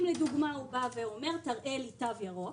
אם לדוגמה הוא בא ואומר: תראה לי תו ירוק,